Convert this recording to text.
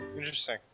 Interesting